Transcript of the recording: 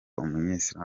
umuyisilamu